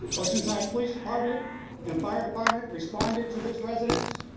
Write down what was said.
oceanside police department and fire department responded to this residence,